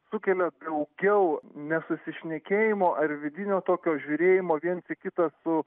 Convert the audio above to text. sukelia daugiau nesusišnekėjimo ar vidinio tokio žiūrėjimo viens į kitą su